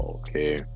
Okay